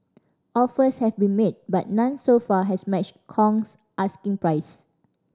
offers have been made but none so far has matched Kong's asking price